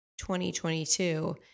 2022